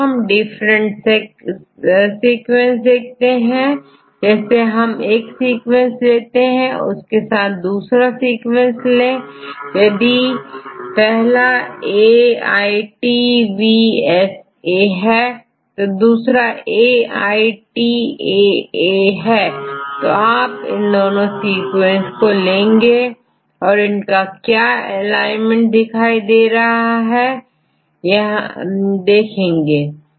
अब हम different sequence देखते हैं जैसे हम एक सीक्वेंस लेते हैं उसके साथ दूसरा सीक्वेंस ले यदि पहलाAITVSA और दूसराAITAA है तो आप इन दोनों सीक्वेंस को देखेंगे कि क्या यह एलाइनमेंट दिखा रहे हैं